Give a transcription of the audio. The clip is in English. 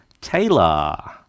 Taylor